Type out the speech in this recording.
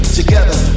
together